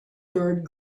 bird